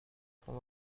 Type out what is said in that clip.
sont